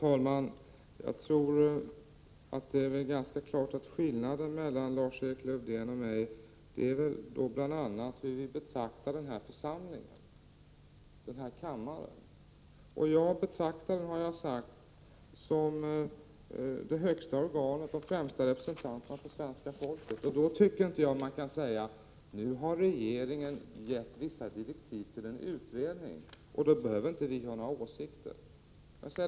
Herr talman! Det är väl ganska klart att skillnaden mellan Lars-Erik Lövdén och mig bl.a. är hur vi betraktar den här församlingen, den här kammaren. Jag betraktar den, har jag sagt, som det högsta organet, som den främsta representanten för svenska folket. Då tycker jag inte man kan säga: Nu har regeringen gett vissa direktiv till en utredning, och då behöver vi inte ha några åsikter.